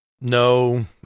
No